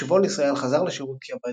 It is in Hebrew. בשובו לישראל חזר לשירות קבע,